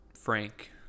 Frank